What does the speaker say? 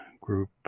group